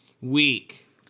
week